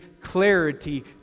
clarity